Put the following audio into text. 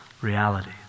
reality